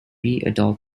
adult